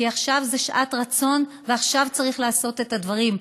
כי עכשיו זאת שעת רצון ועכשיו צריך לעשות את הדברים,